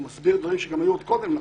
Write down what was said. הוא מסביר דברים שהיו עוד קודם לכן,